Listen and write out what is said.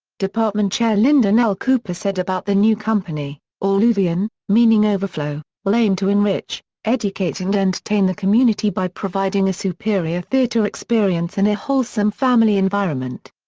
department chair linda nell cooper said about the new company alluvion, meaning overflow, will aim to enrich, educate and entertain the community by providing a superior theater experience in a wholesome family environment.